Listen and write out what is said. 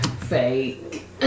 fake